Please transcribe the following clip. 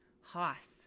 hoss